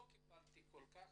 לא קיבלתי כל כך.